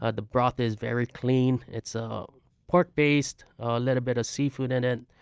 ah the broth is very clean. it's so pork-based, a little bit of seafood in it,